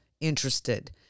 interested